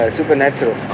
supernatural